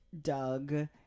Doug